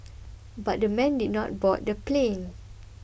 but the men did not board the plane